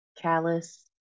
callous